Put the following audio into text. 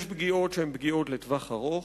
יש פגיעות שהן לטווח ארוך,